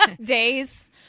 days